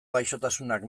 gaixotasunak